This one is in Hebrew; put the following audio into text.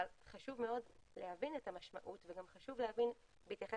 אבל חשוב להבין את המשמעות וחשוב להתייחס